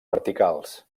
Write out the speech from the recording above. verticals